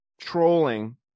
trolling